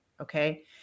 Okay